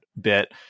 bit